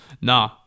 nah